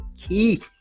key